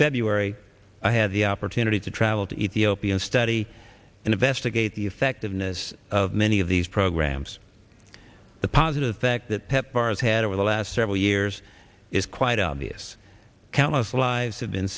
february i had the opportunity to travel to ethiopia and study and investigate the effectiveness of many of these programs the positive effect that pepfar has had over the last several years is quite obvious plus lives have been